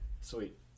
Sweet